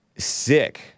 Sick